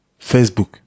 Facebook